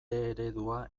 eredua